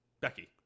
Becky